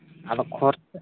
ᱟᱫᱚ